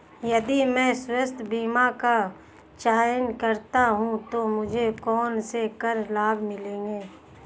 यदि मैं स्वास्थ्य बीमा का चयन करता हूँ तो मुझे कौन से कर लाभ मिलेंगे?